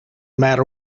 matter